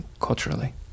culturally